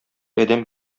әдәм